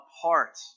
apart